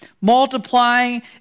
multiplying